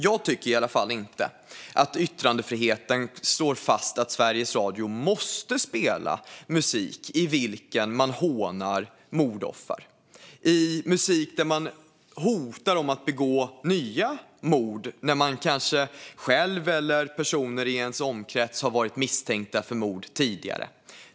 Jag tycker i alla fall inte att yttrandefriheten slår fast att Sveriges Radio måste spela musik i vilken man hånar mordoffer eller där man hotar att begå nya mord när man själv eller personer i ens omgivning kanske tidigare har varit misstänkta för mord.